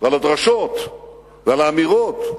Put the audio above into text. ועל הדרשות ועל האמירות.